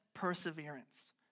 Perseverance